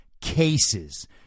cases